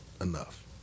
enough